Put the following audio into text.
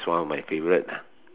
is one of my favorite lah